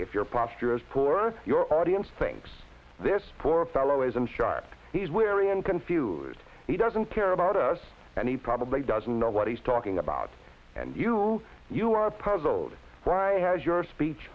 if your posture is poor or your audience thinks this poor fellow isn't sharp he's wary and confused he doesn't care about us and he probably doesn't know what he's talking about and you you are puzzled right as your speech